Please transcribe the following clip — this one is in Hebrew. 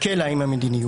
הקלה עם המדיניות